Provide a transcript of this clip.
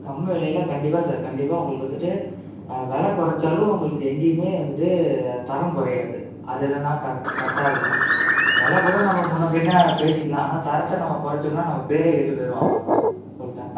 கம்மி விலையில கண்டிப்பாக சார் கண்டிப்பாக உங்களுக்கு வந்துவிட்டு வில குறச்சாலும் உங்களுக்கு எங்கேயுமே வந்துவிட்டு தரம் குறையாது அதில் நான் கரெ கரெக்டாக இருப்பேன் விலக்கூட நம்ம முன்னபின்னே பேசிக்கலாம் ஆனால் தரத்தை நம்ம குரச்சம்னா நம்ம பேரே கெட்டுப்போயிடும் அவ்வளோ தான் சொல்லிவிட்டேன்